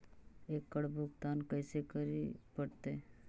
एकड़ भुगतान कैसे करे पड़हई?